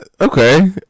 Okay